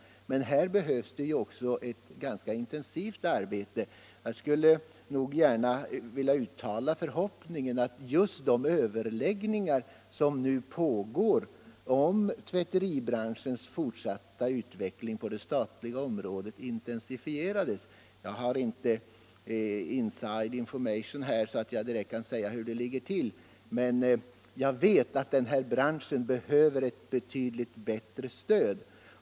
Men här behövs ett ganska intensivt arbete. Jag skulle gärna vilja uttala förhoppningen att just de överläggningar som nu pågår om tvätteribranschens fortsatta utveckling på det statliga området intensifieras. Jag har inte inside information så att jag kan säga hur det ligger till, men jag menar att brarschen behöver ett betydligt bättre stöd.